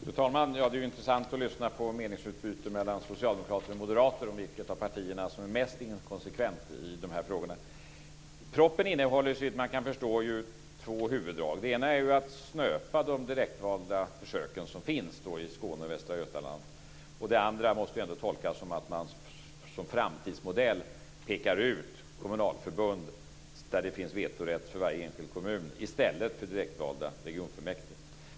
Fru talman! Det är intressant att lyssna på ett meningsutbyte mellan socialdemokrater och moderater om vilket av partierna som är mest inkonsekvent i de här frågorna. Propositionen innehåller ju såvitt man kan förstå två huvuddrag. Det ena är att snöpa de försök med direktval som finns i Skåne och Västra Götaland. Det andra måste ändå tolkas som att man som framtidsmodell pekar ut kommunalförbund där det finns vetorätt för varje enskild kommun i stället för direktvalda regionfullmäktige.